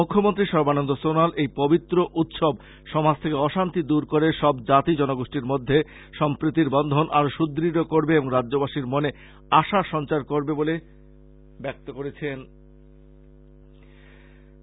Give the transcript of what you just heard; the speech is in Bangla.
মুখ্যমন্ত্রী সর্বানন্দ সনোয়াল এই পবিত্র উৎসব সমাজ থেকে অশান্তি দূর করে সব জাতি জনগোষ্ঠির মধ্যে সম্প্রীতির বন্ধন আরো সুদ্ঢ় করবে এবং রাজ্যবাসীর মনে আশার সঞ্চার করবে বলে আশা প্রকাশ করেন